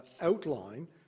outline